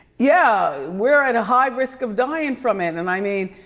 yeah, we're at a high risk of dying from it. and i mean,